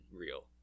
real